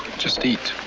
just eat.